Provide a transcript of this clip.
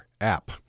app